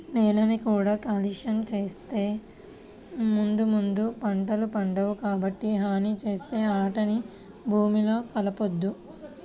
నేలని కూడా కాలుష్యం చేత్తే ముందు ముందు పంటలే పండవు, కాబట్టి హాని చేసే ఆటిని భూమిలో కలపొద్దు